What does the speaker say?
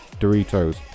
Doritos